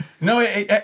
No